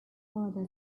father